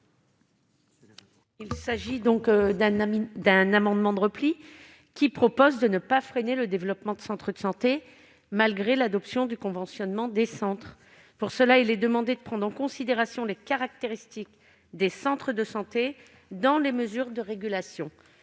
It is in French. Il s'agit d'un amendement de repli, qui vise à ne pas freiner le développement de centres de santé, malgré l'adoption du conventionnement des centres. Pour ce faire, nous demandons la prise en considération des caractéristiques des centres de santé dans les mesures de régulation.